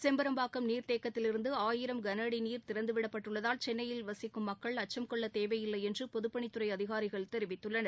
செம்பரம்பாக்கம் நீர்தேக்கத்திலிருந்துஆயிரம் கனஅடிநீர் திறந்துவிடப்பட்டுள்ளதால் சென்னையில் வசிக்கும் மக்கள் அச்சம் கொள்ளத் தேயில்லைஎன்றுபொதுப்பணித்துறைஅதிகாரிகள் தெரிவித்துள்ளனர்